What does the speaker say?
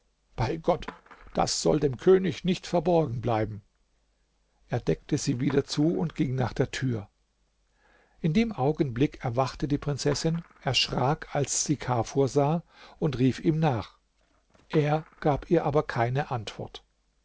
bei gott das soll dem könig nicht verborgen bleiben er deckte sie wieder zu und ging nach der tür in dem augenblick erwachte die prinzessin erschrak als die kafur sah und rief ihm nach er gab ihr aber keine antwort